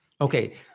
Okay